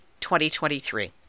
2023